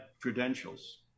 credentials